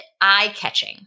eye-catching